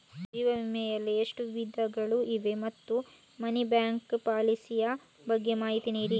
ಜೀವ ವಿಮೆ ಯಲ್ಲಿ ಎಷ್ಟು ವಿಧಗಳು ಇವೆ ಮತ್ತು ಮನಿ ಬ್ಯಾಕ್ ಪಾಲಿಸಿ ಯ ಬಗ್ಗೆ ಮಾಹಿತಿ ನೀಡಿ?